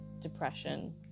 Depression